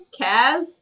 Kaz